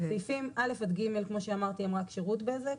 סעיפים (א) עד (ג) כמו שאמרתי הם רק שירות בזק.